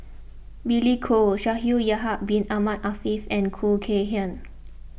Billy Koh Shaikh Yahya Bin Ahmed Afifi and Khoo Kay Hian